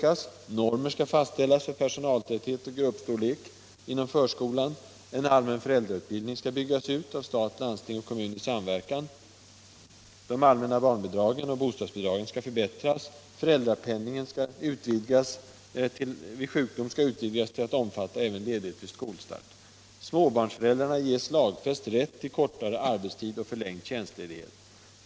Normer fastställs för personaltäthet och gruppstorlek inom förskolan. En allmän föräldrautbildning byggs ut av stat, landsting och kommun i samverkan. Småbarnsföräldrar ges lagfäst rätt till kortare arbetstid och förlängd tjänstledighet.